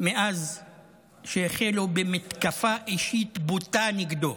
מאז שהחלו במתקפה אישית בוטה נגדו.